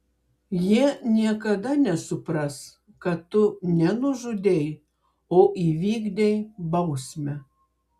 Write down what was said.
jie niekada nesupras kad tu ne nužudei o įvykdei bausmę